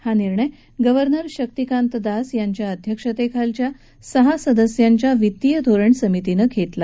हा निर्णय गव्हर्नर शक्तिकांत दास यांच्या अध्यक्षतेखालच्या सहा सदस्यीय वित्तीय धोरण समितीनं घेतला